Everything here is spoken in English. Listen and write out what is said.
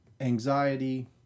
anxiety